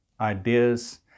ideas